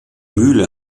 mühle